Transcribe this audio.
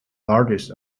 largest